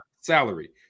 Salary